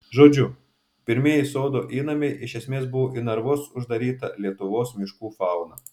žodžiu pirmieji sodo įnamiai iš esmės buvo į narvus uždaryta lietuvos miškų fauna